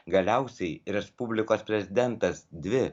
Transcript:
galiausiai respublikos prezidentas dvi